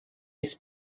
his